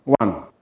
One